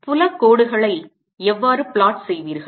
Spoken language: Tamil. புலக் கோடுகளை எவ்வாறு plot செய்வீர்கள்